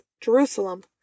Jerusalem